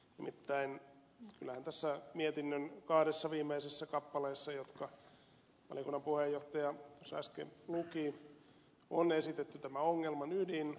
nimittäin kyllähän mietinnön kahdessa viimeisessä kappaleessa jotka valiokunnan puheenjohtaja äsken luki on esitetty tämä ongelman ydin